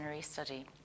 study